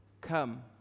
come